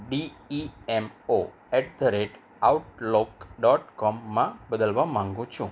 B E M O at the rate outlook dot કોમમાં બદલવા માગું છું